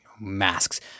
masks